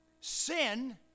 sin